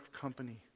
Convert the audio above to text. company